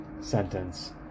sentence